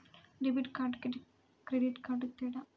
Debit కార్డుకి credit కార్డుకి తేడా?